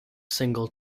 single